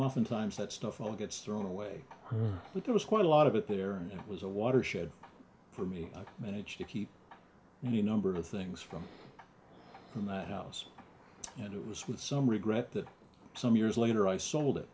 oftentimes that stuff all gets thrown away or it was quite a lot of it there and it was a watershed for me i've managed to keep any number of things from my house and it was with some regret that some years later i sold it